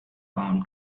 palm